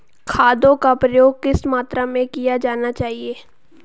खादों का प्रयोग किस मात्रा में किया जाना चाहिए?